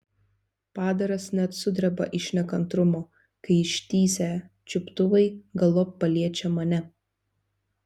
padaras net sudreba iš nekantrumo kai ištįsę čiuptuvai galop paliečia mane